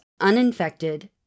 uninfected